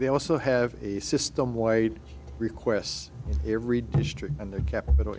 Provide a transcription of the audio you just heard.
they also have a system wide requests in every district and their capital